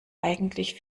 eigentlich